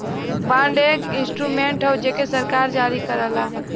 bond एक instrument हौ जेके सरकार जारी करला